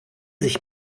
sich